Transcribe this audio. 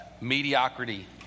mediocrity